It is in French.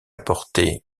porter